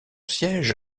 siège